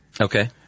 Okay